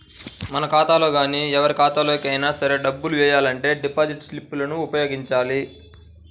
మన ఖాతాలో గానీ ఎవరి ఖాతాలోకి అయినా సరే డబ్బులు వెయ్యాలంటే డిపాజిట్ స్లిప్ లను ఉపయోగించాలి